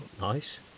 Nice